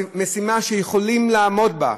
משימה שיכולים לעמוד בה.